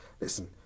listen